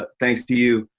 ah thanks to you.